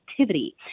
activity